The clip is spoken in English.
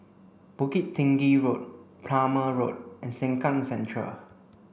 Bukit Tinggi Road Plumer Road and Sengkang Central